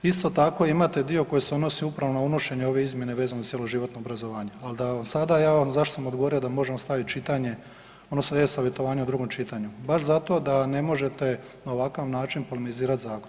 Isto tako imate dio koji se odnosi upravo na unošenje ove izmjene vezano za cjeloživotno obrazovanje, ali da ja vam sada, zašto sam odgovorio da možemo staviti čitanje odnosno e-savjetovanje u drugom čitanju, baš zato da ne možete na ovakav način polemizirati zakon.